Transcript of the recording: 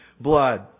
blood